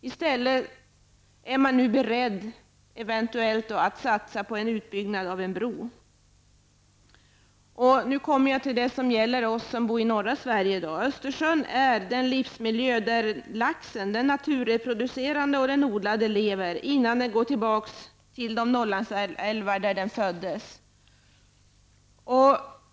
I stället är man nu eventuellt beredd att satsa på ett brobygge. Nu kommer jag till det som gäller oss som bor i norra Sverige. Östersjön är den livsmiljö där laxen -- den naturproducerande och den odlade -- lever, innan den går tillbaka till de Norrlandsälvar där den föddes.